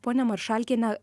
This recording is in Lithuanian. ponia maršalkiene